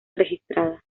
registrada